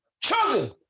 chosen